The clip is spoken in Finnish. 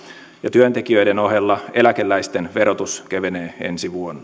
työntekijöiden ohella eläkeläisten verotus kevenee